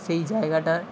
সেই জায়গাটার